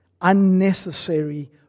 unnecessary